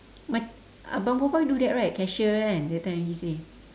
mac~ abang boy boy do that right cashier kan that time he say